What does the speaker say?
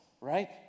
right